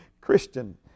Christian